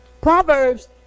Proverbs